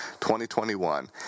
2021